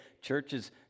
churches